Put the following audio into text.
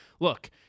look